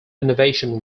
innovation